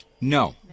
No